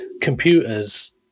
computers